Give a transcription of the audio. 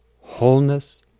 wholeness